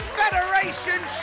federation